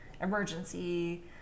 emergency